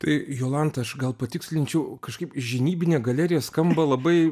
tai jolanta aš gal patikslinčiau kažkaip žinybinė galerija skamba labai